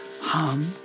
Hum